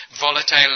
volatile